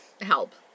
Help